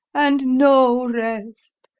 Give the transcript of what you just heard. and no rest,